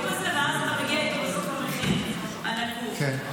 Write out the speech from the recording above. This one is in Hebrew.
ובסוף אתה מגיע איתו למחיר הנקוב.